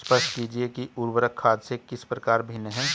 स्पष्ट कीजिए कि उर्वरक खाद से किस प्रकार भिन्न है?